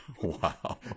Wow